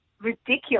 ridiculous